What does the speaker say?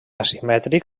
asimètric